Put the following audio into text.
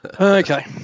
okay